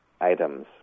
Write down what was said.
items